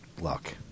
Luck